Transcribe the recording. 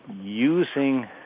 using